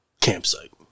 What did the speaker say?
campsite